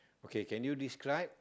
okay can you describe